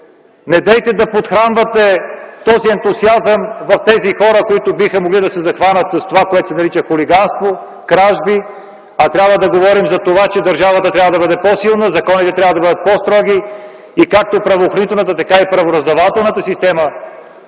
Недейте да подхранвате този ентусиазъм в хора, които биха могли да се захванат с това, което се нарича хулиганство, кражби. Нека да говорим за това, че държавата трябва да бъде по-силна, законите – по-строги, и както правоохранителната, така и правораздавателната система